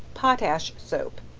potash soap.